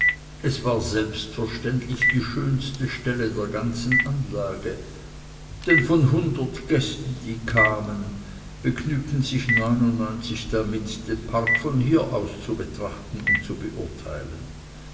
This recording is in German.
es war selbstverständlich die schönste stelle der ganzen anlage denn von hundert gästen die kamen begnügten sich neunundneunzig damit den park von hier aus zu betrachten und zu beurteilen